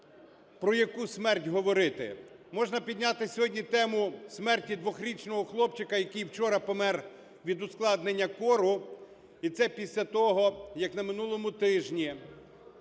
про яку смерть говорити. Можна підняти сьогодні тему смерті 2-річного хлопчика, який вчора помер від ускладнення кору, і це після того, як на минулому тижні